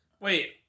wait